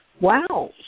Wow